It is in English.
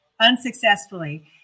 Unsuccessfully